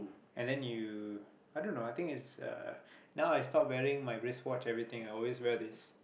and then you i don't know I think is uh now I stop wearing my wrist watch everything I always wear this